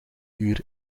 uur